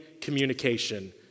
communication